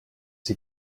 sie